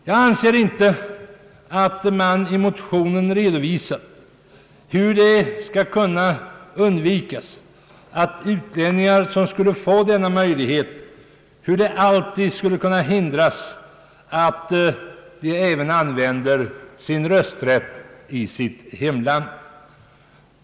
Jag anser inte att man i motionen redovisat hur det skulle kunna undvikas att utlänningar som skulle få möjlighet att delta i svenska val alltid skulle kunna hindras från att även utnyttja sin rösträtt i sitt hemland.